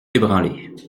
ébranlée